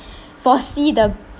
foresee the